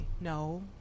no